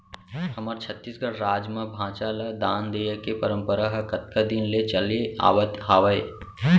हमर छत्तीसगढ़ राज म भांचा ल दान देय के परपंरा ह कतका दिन के चले आवत हावय